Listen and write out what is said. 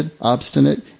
obstinate